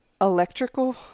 Electrical